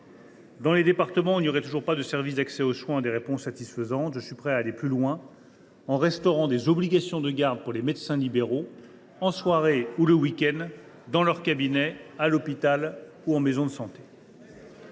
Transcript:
Dans les départements où il n’y aurait toujours pas de service d’accès aux soins et de réponse satisfaisante, je suis prêt à aller plus loin, en rétablissant des obligations de garde pour les médecins libéraux, en soirée ou le week end, dans leurs cabinets, à l’hôpital ou en maison de santé